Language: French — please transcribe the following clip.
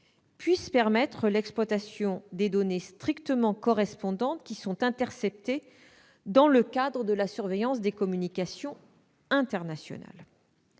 puissent permettre l'exploitation des données strictement correspondantes interceptées dans le cadre de la surveillance des communications internationales.